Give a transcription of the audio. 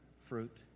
fruit